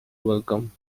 welcome